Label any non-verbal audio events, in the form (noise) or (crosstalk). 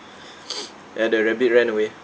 (noise) ya the rabbit ran away